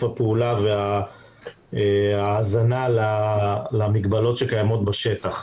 הפעולה וההאזנה למגבלות שקיימות בשטח.